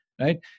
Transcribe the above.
right